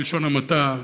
בלשון המעטה,